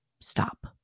stop